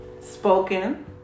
spoken